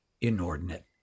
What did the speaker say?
inordinate